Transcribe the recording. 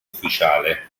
ufficiale